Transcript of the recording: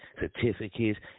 certificates